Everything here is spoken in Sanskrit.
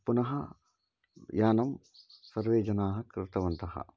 पुनः यानं सर्वे जनाः कृतवन्तः